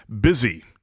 busy